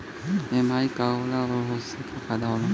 EMI का होला और ओसे का फायदा बा?